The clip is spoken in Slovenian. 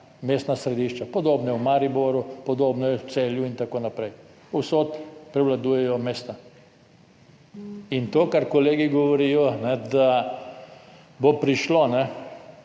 mestna središča, podobno je v Mariboru, podobno je v Celju in tako naprej, povsod prevladujejo mesta. In to, kar kolegi govorijo, da bo prišlo